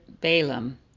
Balaam